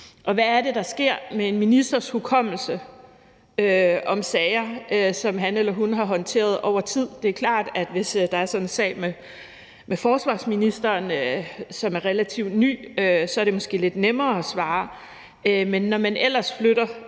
det, der sker med en ministers hukommelse om sager, som han eller hun har håndteret over tid? Det er klart, at hvis der er sådan en sag som den med forsvarsministeren, som er relativt ny, så er det måske lidt nemmere at svare.